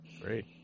Great